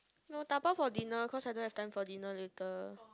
no dabao for dinner cause I don't have time for dinner later